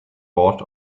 board